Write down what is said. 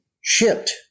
shipped